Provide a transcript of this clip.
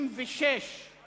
אני מושך את זה.